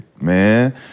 man